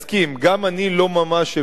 אני גם לא ממש הבנתי,